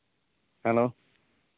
hello